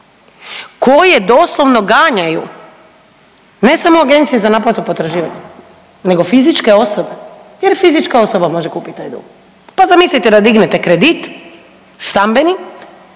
koje doslovno ganjaju ne samo agencije za naplatu potraživanja, nego fizičke osobe jer fizička osoba može kupiti taj dug. Pa zamislite da dignete kredit stambeni